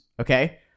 okay